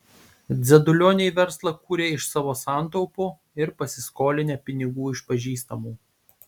dzedulioniai verslą kūrė iš savo santaupų ir pasiskolinę pinigų iš pažįstamų